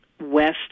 west